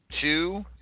two